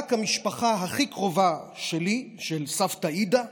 רק המשפחה הכי קרובה שלי, של סבתא אידה,